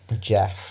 Jeff